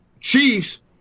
chiefs